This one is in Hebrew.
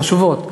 חשובות,